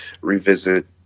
revisit